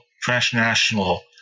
transnational